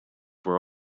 were